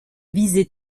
visée